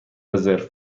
رزرو